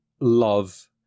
love